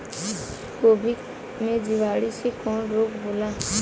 गोभी में जीवाणु से कवन रोग होला?